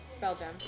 Belgium